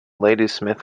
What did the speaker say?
ladysmith